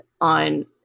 on